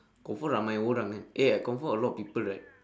confirm ramai orang kan eh confirm a lot of people right